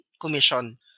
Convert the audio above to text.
commission